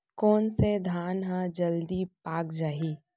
कोन से धान ह जलदी पाक जाही?